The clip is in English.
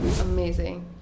Amazing